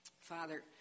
Father